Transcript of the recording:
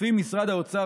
לפי משרד האוצר,